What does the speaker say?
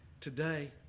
today